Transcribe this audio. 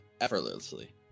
effortlessly